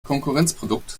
konkurrenzprodukt